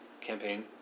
campaign